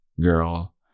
girl